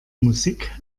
musik